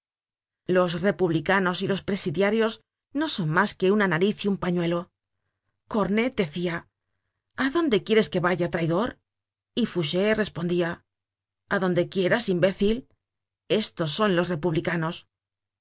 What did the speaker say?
los republicanos y los presidiarios no son mas que una nariz y un pañuelo cornet decia a dónde quieres que vaya traidor y fouché respondia adonde quieras imbécil estos son los republicanos es